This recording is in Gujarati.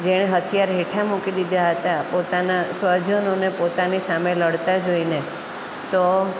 જેણે હથિયાર હેઠા મૂકી દીધા હતા પોતાના સ્વજનોને પોતાની સામે લડતા જોઈને તો